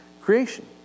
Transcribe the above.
creation